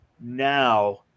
now